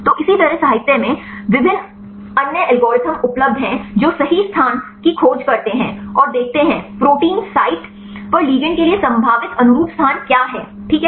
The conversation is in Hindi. तो इसी तरह साहित्य में विभिन्न अन्य एल्गोरिदम उपलब्ध हैं जो सही स्थान की खोज करते हैं और देखते हैं प्रोटीन साइट पर लिगैंड के लिए संभावित अनुरूप स्थान क्या है ठीक है